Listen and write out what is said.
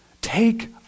Take